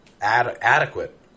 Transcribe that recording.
adequate